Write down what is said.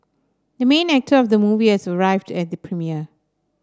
the main actor of the movie has arrived at the premiere